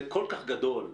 זה כל כך גדול,